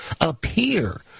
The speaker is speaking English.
appear